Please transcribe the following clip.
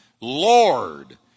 Lord